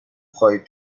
خواهید